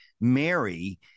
mary